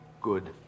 good